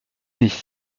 nicht